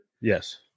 Yes